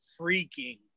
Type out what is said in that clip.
freaking